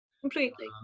Completely